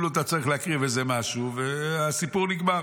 אתה רק צריך להקריב משהו והסיפור נגמר.